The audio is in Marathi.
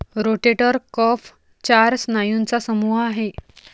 रोटेटर कफ चार स्नायूंचा समूह आहे